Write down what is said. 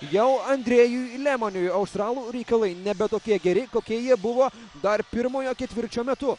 jau andrejui lemoniui australų reikalai nebe tokie geri kokie jie buvo dar pirmojo ketvirčio metu